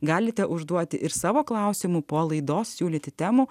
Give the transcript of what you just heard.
galite užduoti ir savo klausimų po laidos siūlyti temų